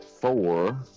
four